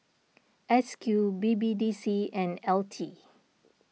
S Q B B D C and L T